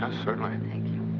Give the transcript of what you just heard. certainly. thank you.